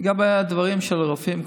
לגבי הדברים של הרופאים,